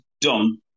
done